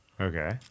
Okay